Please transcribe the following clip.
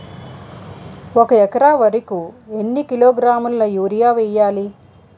ఒక ఎకర వరి కు ఎన్ని కిలోగ్రాముల యూరియా వెయ్యాలి?